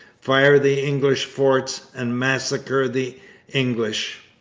fire the english forts, and massacre the english.